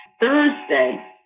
Thursday